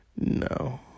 No